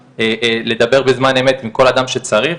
של לדבר בזמן אמת עם כל אדם שצריך,